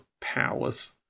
palace